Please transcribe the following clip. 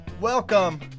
Welcome